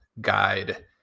guide